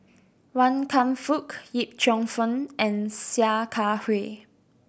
Wan Kam Fook Yip Cheong Fun and Sia Kah Hui